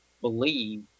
believe